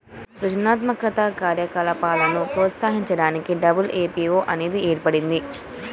సృజనాత్మక కార్యకలాపాలను ప్రోత్సహించడానికి డబ్ల్యూ.ఐ.పీ.వో అనేది ఏర్పడింది